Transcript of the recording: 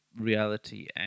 reality